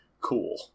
cool